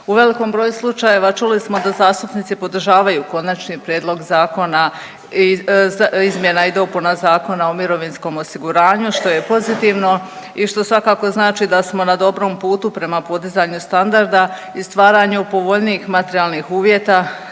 U velikom broju slučajeva čuli smo da zastupnici podržavaju konačni prijedlog zakona, izmjena i dopuna Zakona o mirovinskom osiguranju što je pozitivno i što svakako znači da smo na dobrom putu prema podizanju standarda i stvaranju povoljnijih materijalnih uvjeta